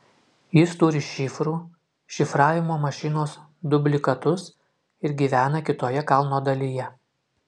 jis turi šifrų šifravimo mašinos dublikatus ir gyvena kitoje kalno dalyje